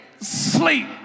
sleep